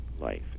life